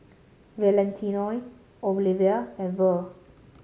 Valentino Oliva and Verl